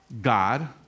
God